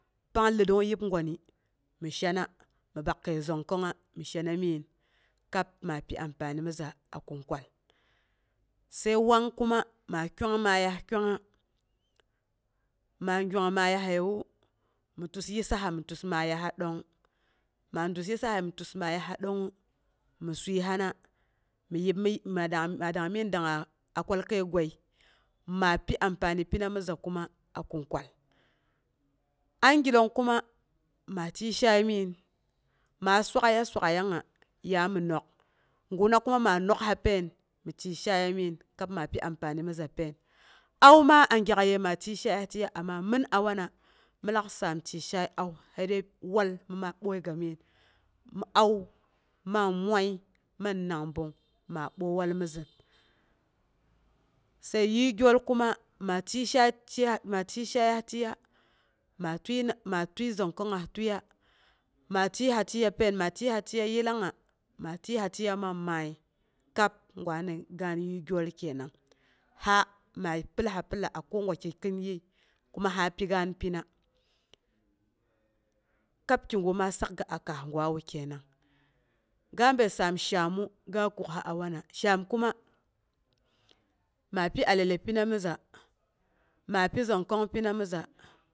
Pang lədongyib gwani, mi shana, mi bak kəi zhong kongnga mi shana biin, kab ma pi ampani miza kinkwal. Sai wang kuma ma kuang, maiyab kuangnga, ma guang maiyahewo mi tus yisaha mi tus mayaha dongng. Ma dus yissabi mi tus maiya dongngu, mi sul hana mi yib mi, ma dangn min dangnga a kwalkəi guai. Ma pi ampani pina miza kuma a kungkwal. Angillong kuma ma tiei shaai mɨin, ma swak'aiya swak'aiyangaga ya mi nok. Guna kuma ma nokha pain, mi tiei shaaiya miin kab ma pi ampani mi za pain. Auma a gyak yəi ma tiəi shayas tieiya amma mɨn, a wana min lak saam tiəi shaai au sai dəi wal mi ma boiga miin, au man mwai man nangbung ma boiwal mizin. sai yi gyol kuma ma tie shaaiyas tiəiya ma tiei zhongkongngas tiəiya, ma tieiha tieiya pain, ma tiəiha tieiya yillangnga, ma tiəiha tieiya man mai kab gwa ni gaan gyol kenang. Ha ma pəllha pəlha a kogwakiki kuma kab kigu ma sakga a kaah gwawu kenang. Ga bəi saam shaamu, ga kuksa a wana, shaam kuma ma pi alale pina miza ma pi zokwon pina miza.